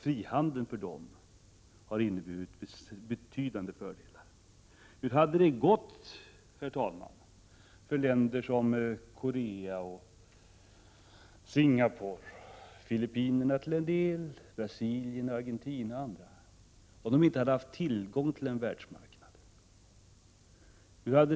Frihandeln har inneburit betydande fördelar för dem. Herr talman! Hur hade det gått för länder som Sydkorea, Singapore, Filippinerna, Brasilien, Argentina, m.fl. om de inte hade haft tillgång till en världsmarknad?